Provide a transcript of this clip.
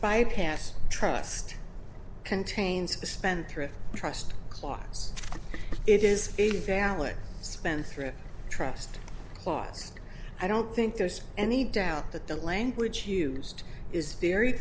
bypass trust contains a spendthrift trust clause it is a valid spendthrift trust clause i don't think there's any doubt that the language used is very